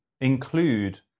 include